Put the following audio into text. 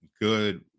good